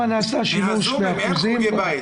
אפשר לשמוע גם את התייחסות הגורמים המקצועיים אצלנו